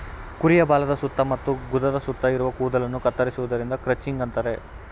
ಕುರಿಯ ಬಾಲದ ಸುತ್ತ ಮತ್ತು ಗುದದ ಸುತ್ತ ಇರುವ ಕೂದಲನ್ನು ಕತ್ತರಿಸುವುದನ್ನು ಕ್ರಚಿಂಗ್ ಅಂತರೆ